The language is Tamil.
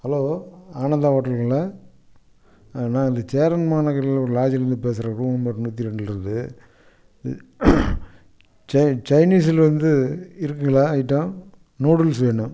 ஹலோ ஆனந்தா ஹோட்டல்ங்களா அண்ணா இந்த சேரன் மாநகரில் ஒரு லாட்ஜில் இருந்து பேசுகிறேன் ரூம் நம்பர் நூற்றி ரெண்டுலேருந்து சை சைனீஸுயில் வந்து இருக்குதுங்களா ஐட்டம் நூடுல்ஸ் வேணும்